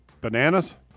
bananas